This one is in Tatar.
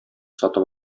сатып